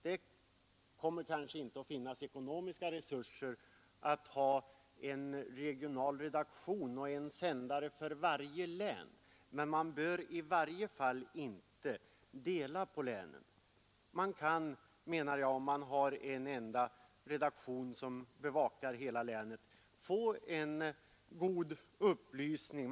Det kommer kanske inte att finnas ekonomiska resurser att ha en regional redaktion och en sändare för varje län, men man bör i varje fall inte dela på länen. Om man har en redaktion som bevakar hela länet bör man kunna ge god upplysning.